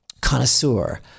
connoisseur